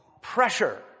Pressure